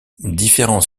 différents